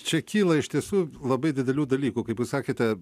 čia kyla iš tiesų labai didelių dalykų kaip jūs sakėte